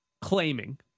claiming